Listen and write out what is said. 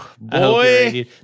Boy